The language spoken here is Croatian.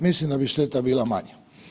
Mislim da bi šteta bila manja.